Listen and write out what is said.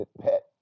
pet